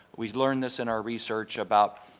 we've learned this in our research about